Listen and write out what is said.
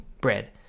bread